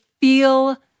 feel